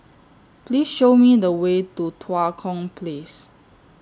Please Show Me The Way to Tua Kong Place